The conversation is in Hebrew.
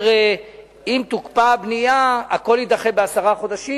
אם תוקפא הבנייה הכול יידחה בעשרה חודשים,